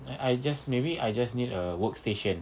I I just maybe I just need a workstation